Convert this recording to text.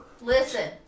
Listen